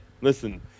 listen